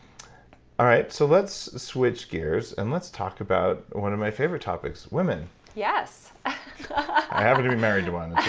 all right, so let's switch gears, and let's talk about one of my favorite topics women yes i happen to be married to one,